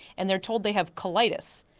and they're told they have colitis.